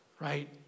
Right